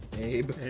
Abe